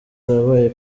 wabaye